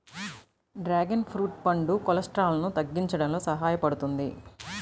dragon fruit పండు కొలెస్ట్రాల్ను తగ్గించడంలో సహాయపడుతుంది